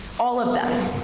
all of them,